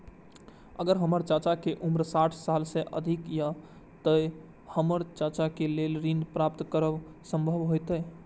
अगर हमर चाचा के उम्र साठ साल से अधिक या ते हमर चाचा के लेल ऋण प्राप्त करब संभव होएत?